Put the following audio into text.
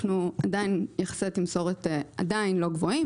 יחסי התמסורת עדיין לא גבוהים,